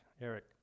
Eric